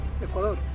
Ecuador